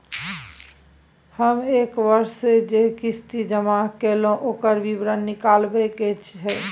हम एक वर्ष स जे किस्ती जमा कैलौ, ओकर विवरण निकलवाबे के छै?